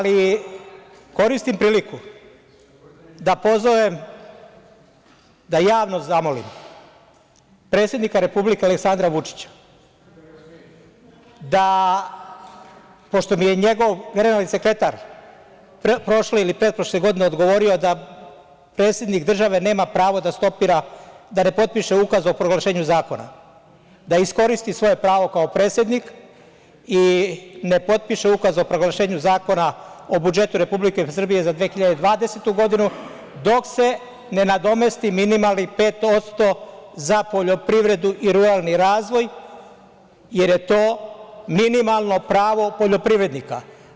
Koristim priliku da javno zamolim predsednika Republike Aleksandra Vučića da, pošto mi je njegov generalni sekretar prošle ili pretprošle godine odgovorio da predsednik države nema pravo da ne potpiše ukaz o proglašenju zakona, da iskoristi svoje pravo kao predsednik i ne potpiše ukaz o proglašenju Zakona o budžetu Republike Srbije za 2020. godinu, dok se ne nadomesti minimalnih 5% za poljoprivredu i ruralni razvoj, jer je to minimalno pravo poljoprivrednika.